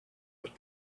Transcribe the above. but